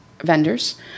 vendors